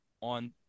on